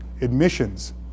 admissions